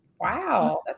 wow